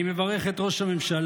אני מברך את ראש הממשלה,